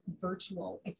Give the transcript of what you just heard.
virtual